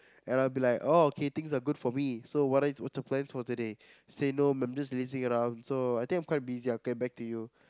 and I'll be like oh okay things are good for me so what are you what's your plans today say no I'm just lazing around so I think I'm quite busy I'll get back to you